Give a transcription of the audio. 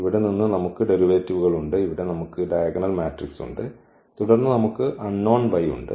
ഇവിടെ നിന്ന് നമുക്ക് ഡെറിവേറ്റീവുകൾ ഉണ്ട് ഇവിടെ നമുക്ക് ഈ ഡയഗണൽ മാട്രിക്സ് ഉണ്ട് തുടർന്ന് നമുക്ക് അൺനോൺ y ഉണ്ട്